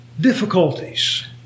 difficulties